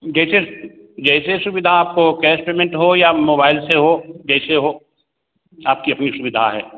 जैसे जैसी सुविधा आपको कैश पेमेंट हो या मोबाइल से हो जैसे हो आपकी अपनी सुविधा है